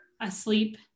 asleep